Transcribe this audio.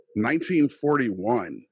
1941